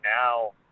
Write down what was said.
now